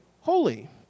holy